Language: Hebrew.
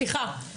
סליחה,